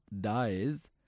dies